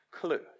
clue